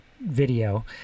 Video